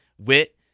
wit